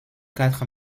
quatre